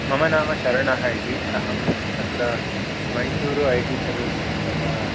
मम नाम शरण इति अहम् अत्र मैसूरु ऐ टी सल्यूशन् त